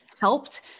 helped